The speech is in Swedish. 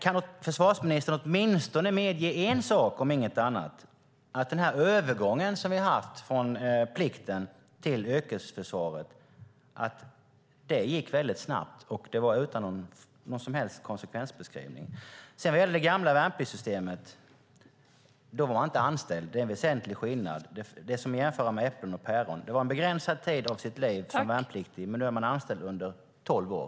Kan försvarsministern medge åtminstone en sak, nämligen att den övergång som vi har haft från plikten till yrkesförsvaret gick mycket snabbt och utan någon som helst konsekvensbeskrivning? I det gamla värnpliktssystemet var man inte anställd. Det är en väsentlig skillnad. Det är som att jämföra äpplen och päron. Det var under en begränsad tid av sitt liv som man var värnpliktig. Nu är man anställd under tolv år.